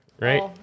Right